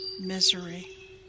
misery